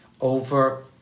over